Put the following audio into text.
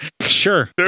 Sure